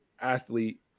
athlete